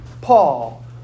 Paul